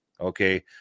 Okay